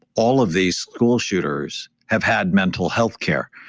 all of these school shooters have had mental healthcare.